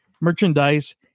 merchandise